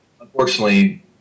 Unfortunately